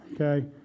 Okay